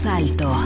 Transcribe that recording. alto